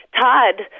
Todd